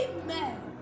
Amen